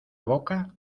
boca